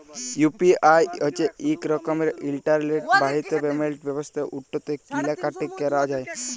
UPI হছে ইক রকমের ইলটারলেট বাহিত পেমেল্ট ব্যবস্থা উটতে কিলা কাটি ক্যরা যায়